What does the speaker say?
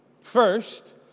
First